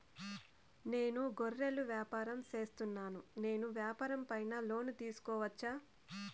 నేను గొర్రెలు వ్యాపారం సేస్తున్నాను, నేను వ్యాపారం పైన లోను తీసుకోవచ్చా?